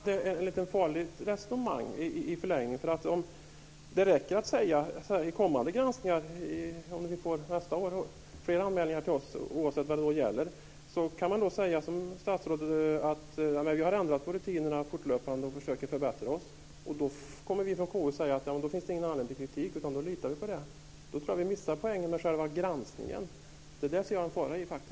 Herr talman! Det är ett farligt resonemang i förlängningen. Vi kanske får fler anmälningar nästa år. Då kan man säga som statsrådet, att man har ändrat på rutinerna fortlöpande och att man försöker förbättra sig. Då kommer vi från KU att säga att vi litar på det och att det inte finns anledning till kritik. Då tror jag vi missar poängen med själva granskningen. Det ser jag en fara i.